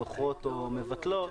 דוחות או מבטלות,